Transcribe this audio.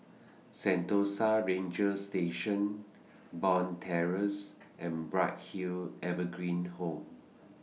Sentosa Ranger Station Bond Terrace and Bright Hill Evergreen Home